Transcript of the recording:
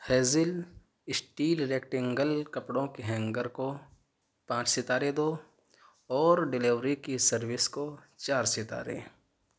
hazel steel rectangle کپڑوں کے hanger کو پانچ ستارے دو اور ڈیلیوری کی سروس کو چار ستارے